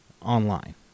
online